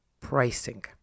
pricing